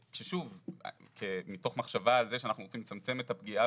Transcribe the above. שוב מתוך מחשבה על זה שאנחנו רוצים לצמצם את הפגיעה